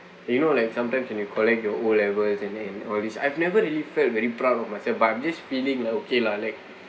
you know like sometimes when you collect your O levels and and all these I've never really felt very proud of myself but um this feeling like okay lah like